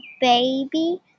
baby